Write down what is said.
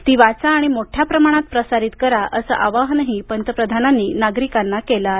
ती वाचा आणि मोठ्या प्रमाणात प्रसारित करा असं आवाहनही पंतप्रधानांनी नागरिकांना केलं आहे